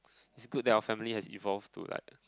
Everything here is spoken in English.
is good that our family has involve to like